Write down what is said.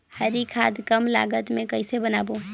हरी खाद कम लागत मे कइसे बनाबो?